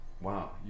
Wow